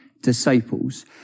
disciples